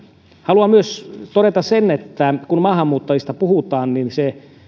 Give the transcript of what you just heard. haluan myös todeta sen että kun maahanmuuttajista puhutaan niin se